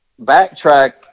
backtrack